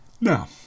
Now